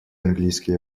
английский